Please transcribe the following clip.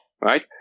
right